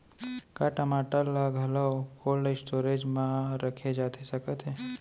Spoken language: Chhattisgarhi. का टमाटर ला घलव कोल्ड स्टोरेज मा रखे जाथे सकत हे?